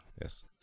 yes